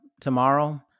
tomorrow